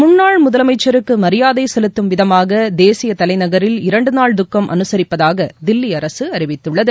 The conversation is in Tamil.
மு்ன்னாள் முதலமைச்சருக்கு மரியாதை செலுத்தும் விதமாக தேசிய தலைநகரில் இரண்டு நாள் துக்கம் அனுசரிப்பதாக தில்லி அரசு அறிவித்துள்ளது